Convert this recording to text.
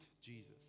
Jesus